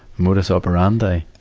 modus operandi.